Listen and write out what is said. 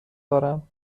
دارم